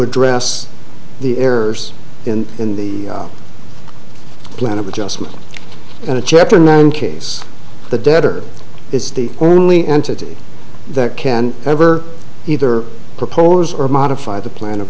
address the errors in in the plan of adjustment and a chapter nine case the debtor is the only entity that can ever either propose or modify the plan of